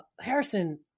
Harrison